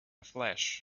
flash